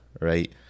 right